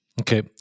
Okay